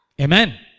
Amen